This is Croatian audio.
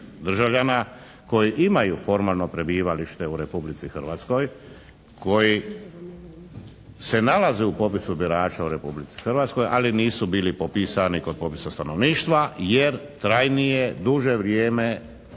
državljana koji imaju formalno prebivalište u Republici Hrvatskoj, koji se nalaze u popisu birača u Republici Hrvatskoj, ali nisu bili popisani kod popisa stanovništva jer trajnije, duže vrijeme